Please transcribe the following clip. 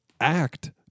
act